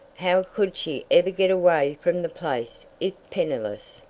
how could she ever get away from the place if penniless?